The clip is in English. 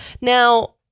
Now